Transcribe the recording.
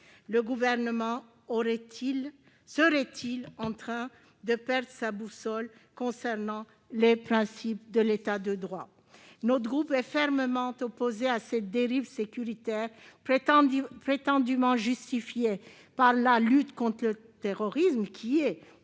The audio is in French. Le Gouvernement serait-il en train de perdre sa boussole s'agissant des principes de l'État de droit ? Notre groupe est fermement opposé à cette dérive sécuritaire prétendument justifiée par la lutte contre le terrorisme- une